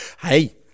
Hey